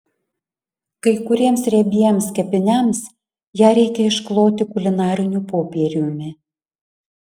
kai kuriems riebiems kepiniams ją reikia iškloti kulinariniu popieriumi